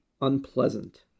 unpleasant